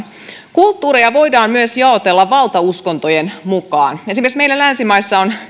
kulttuureja voidaan myös jaotella valtauskontojen mukaan esimerkiksi meillä länsimaissa on